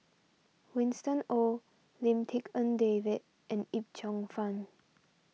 Winston Oh Lim Tik En David and Yip Cheong Fun